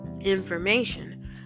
information